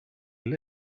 they